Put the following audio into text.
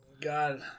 God